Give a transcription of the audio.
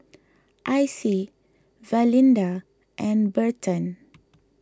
Icey Valinda and Burton